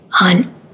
on